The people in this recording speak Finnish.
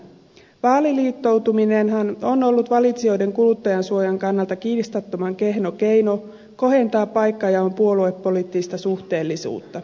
vaaliliittoutuminenhan on ollut valitsijoiden kuluttajansuojan kannalta kiistattoman kehno keino kohentaa paikkajaon puoluepoliittista suhteellisuutta